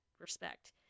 respect